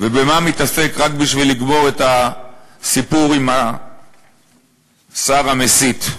ובמה הוא מתעסק רק בשביל לגמור את הסיפור עם השר המסית.